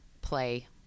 play